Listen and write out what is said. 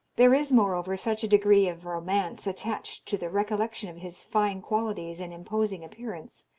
there is, moreover, such a degree of romance attached to the recollection of his fine qualities and imposing appearance,